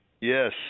Yes